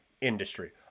industry